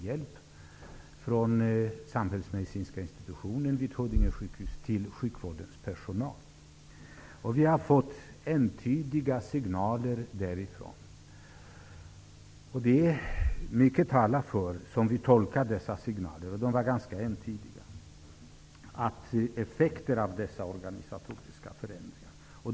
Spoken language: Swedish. Av Samhällsmedicinska institutionen vid Huddinge sjukhus har vi fått hjälp med en också mycket omfattande enkät till sjukvårdens personal. Signalerna i enkäten var mycket entydiga när det gäller effekterna av dessa organisatoriska förändringar.